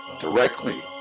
directly